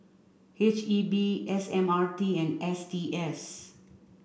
H E B S M R T and S T S